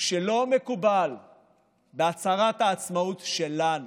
שלא מקובל בהצהרת העצמאות שלנו.